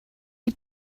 had